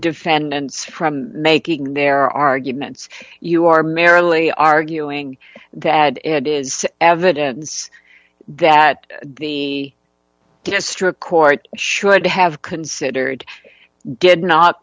defendants from making their arguments you are merrily arguing that it is evidence that the district court should have considered did not